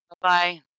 Bye-bye